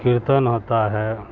کیرتن ہوتا ہے